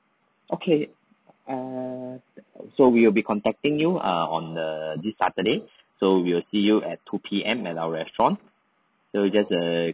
okay err so we'll be contacting you err on this saturday so we'll see you at two P_M at our restaurant so just err